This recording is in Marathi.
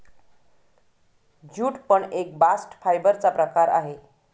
ज्यूट पण एक बास्ट फायबर चा प्रकार आहे